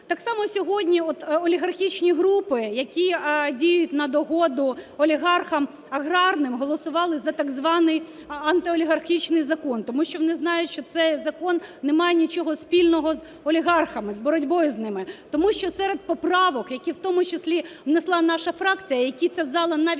Так само сьогодні олігархічні групи, які діють на догоду олігархам аграрним, голосували за так званий антиолігархічний закон, тому що вони знають, що цей закон немає нічого спільного з олігархами, з боротьбою з ними, тому що серед поправок, які в тому числі внесла наша фракція, які ця зала навіть